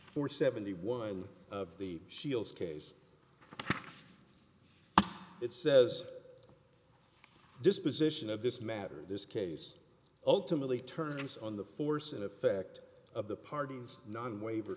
four seventy one of the shields case it says disposition of this matter this case ultimately turns on the force and effect of the parties not a waiver